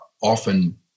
often